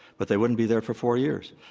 but they wouldn't be there for four years.